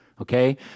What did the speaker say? Okay